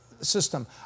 System